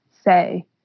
say